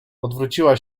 odwróciła